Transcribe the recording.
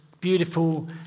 beautiful